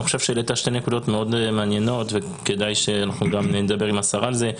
אני חושב שהעלית שתי נקודות מאוד מעניינות וכדאי שנדבר עם השרה על זה,